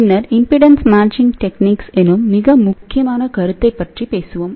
பின்னர் impedance matching techniques எனும் மிக முக்கியமான கருத்தைப் பற்றி பேசுவோம்